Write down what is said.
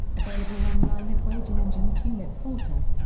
available online at wageningen tulip portal.